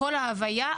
בכל ההוויה,